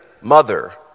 mother